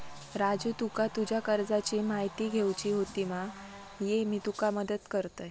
राजू तुका तुज्या कर्जाची म्हायती घेवची होती मा, ये मी तुका मदत करतय